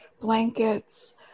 blankets